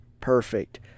Perfect